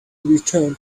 returned